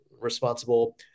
responsible